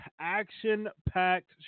action-packed